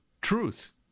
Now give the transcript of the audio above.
Truth